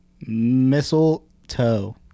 Mistletoe